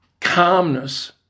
calmness